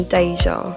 Deja